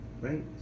right